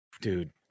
dude